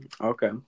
Okay